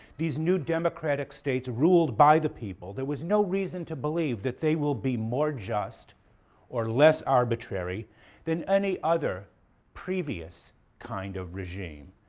these new democratic states, ruled by the people there was no reason to believe that they will be more just or less arbitrary than any other previous kind of regime.